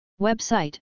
Website